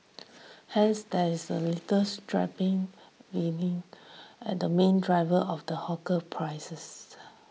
hence there is a little and the main driver of the hawker prices